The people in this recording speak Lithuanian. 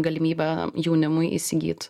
galimybę jaunimui įsigyt